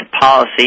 Policy